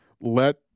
let –